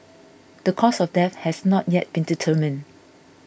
the cause of death has not yet been determined